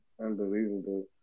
unbelievable